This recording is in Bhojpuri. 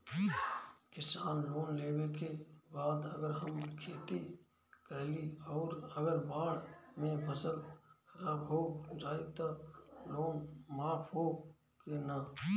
किसान लोन लेबे के बाद अगर हम खेती कैलि अउर अगर बाढ़ मे फसल खराब हो जाई त लोन माफ होई कि न?